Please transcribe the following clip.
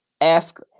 ask